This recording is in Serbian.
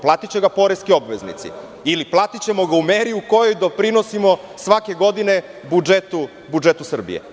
Platiće ga poreski obveznici ili platićemo ga u meri u kojoj doprinosimo svake godine budžetu Srbije.